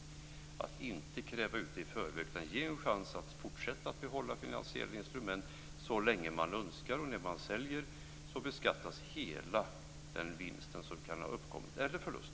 Man skall inte kräva ut det i förväg utan ge människor en chans att fortsätta att behålla finansiella instrument så länge de önskar. När de sedan säljs beskattas hela den vinst eller förlust som kan ha uppkommit.